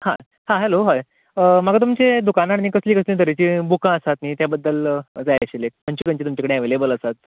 हय हां hello hi म्हाका तुमच्या दुकानार नी कसले कसले तरेचीं बुकां आसात नी ते बद्दल हे जाय आशिल्लें खंची खंची एवेलेबल आसात